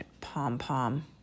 pom-pom